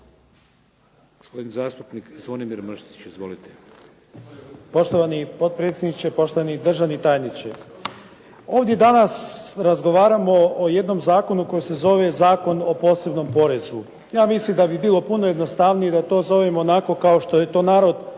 Izvolite. **Mršić, Zvonimir (SDP)** Poštovani potpredsjedniče, poštovani državni tajniče. Ovdje danas razgovaramo o jednom zakonu koji se zove Zakon o posebnom porezu. Ja mislim da bi bilo puno jednostavnije da to zovem onako kako je to narod